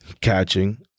catching